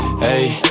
Hey